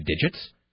digits